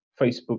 Facebook